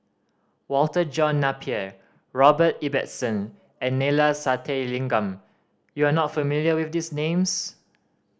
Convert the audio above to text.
Walter John Napier Robert Ibbetson and Neila Sathyalingam you are not familiar with these names